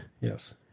Yes